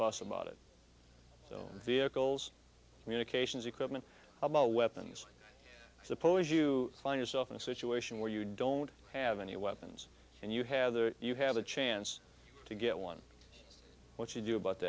fuss about it so vehicles communications equipment about weapons i suppose you find yourself in a situation where you don't have any weapons and you have the you have a chance to get one what you do about